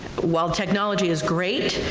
while technology is great,